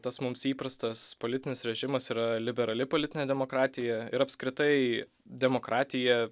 tas mums įprastas politinis režimas yra liberali politinė demokratija ir apskritai demokratija